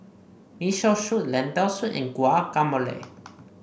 Miso Soup Lentil Soup and Guacamole